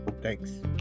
Thanks